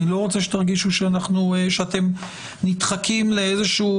אני לא רוצה שתרגישו שאתם נדחקים לאיזושהי